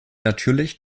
natürlich